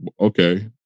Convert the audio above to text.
Okay